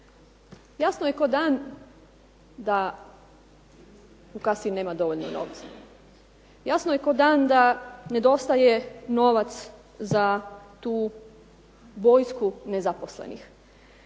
Jasno je ko dan da u kasi nema dovoljno novca. Jasno je ko dan da nedostaje novac za tu vojsku nezaposlenih.